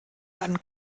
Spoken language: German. dann